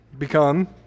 become